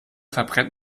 verbrennt